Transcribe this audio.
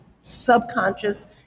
subconscious